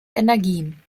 energien